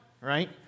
right